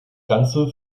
ganze